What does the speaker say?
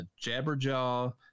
Jabberjaw